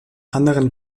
anderen